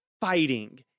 fighting